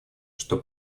что